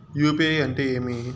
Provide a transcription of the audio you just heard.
UPI అంటే ఏమి?